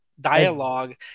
dialogue